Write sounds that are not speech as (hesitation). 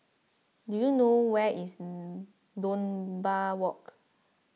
do you know where is (hesitation) Dunbar Walk